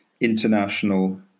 international